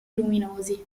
luminosi